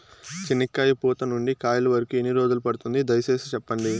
చెనక్కాయ పూత నుండి కాయల వరకు ఎన్ని రోజులు పడుతుంది? దయ సేసి చెప్పండి?